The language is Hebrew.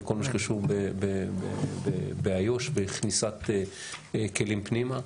על כל מה שקשור באיו"ש וכניסת כלים פנימה.